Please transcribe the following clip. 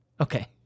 Okay